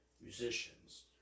musicians